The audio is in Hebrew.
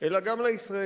אלא גם לישראלים.